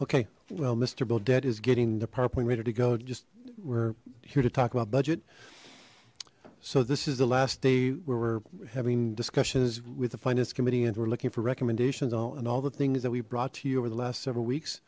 okay well mister bill dead is getting the power point ready to go just we're here to talk about budget so this is the last day where we're having discussions with the finance committee and we're looking for recommendations i'll and all the things that we brought to you over the last several weeks